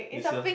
it's a